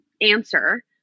answer